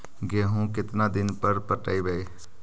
गेहूं केतना दिन पर पटइबै?